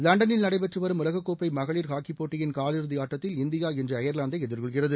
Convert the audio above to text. லண்டனில் நடைபெற்று வரும் உலக்கோப்பை மகளிர் ஹாக்கிப் போட்டியின் காலிறுதி ஆட்டத்தில் இந்தியா இன்று அயர்லாந்தை எதிர்கொள்கிறது